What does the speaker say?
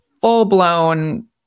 full-blown